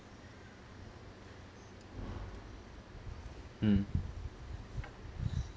mm